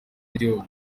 n’igihugu